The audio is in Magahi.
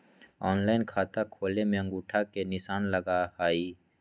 ऑनलाइन खाता खोले में अंगूठा के निशान लगहई?